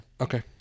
Okay